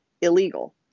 illegal